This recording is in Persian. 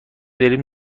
بریم